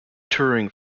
touring